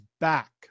back